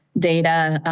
data,